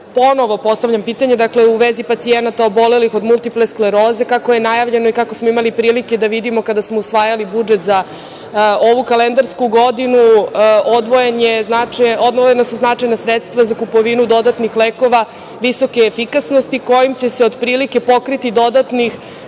ponovo postavljam pitanje, dakle, u vezi pacijenata obolelih od multipla skleroze kako je najavljeno i kako smo imali prilike da vidimo kada smo usvajali budžet za ovu kalendarsku godinu. Odvojena su značajna sredstva za kupovinu dodatnih lekova visoke efikasnosti kojim će se otprilike pokriti dodatnih